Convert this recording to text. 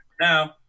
now